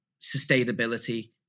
sustainability